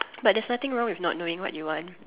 but there's nothing wrong with not knowing what you want